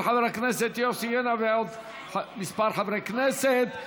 של חבר הכנסת יוסי יונה ועוד כמה חברי כנסת,